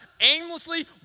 aimlessly